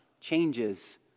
changes